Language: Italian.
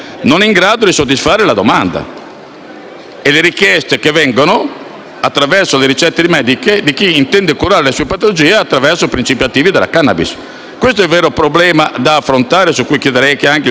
e le richieste che vengono, attraverso le ricette mediche, da chi intende curare le proprie patologie attraverso i principi attivi della *cannabis*. Questo è il vero problema da affrontare, su cui chiederei che anche il Governo desse una risposta.